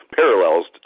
parallels